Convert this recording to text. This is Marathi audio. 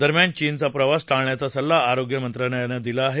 दरम्यान चीनचा प्रवास टाळण्याचा सल्ला आरोग्य मंत्रालयानं दिला आहे